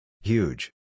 Huge